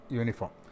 uniform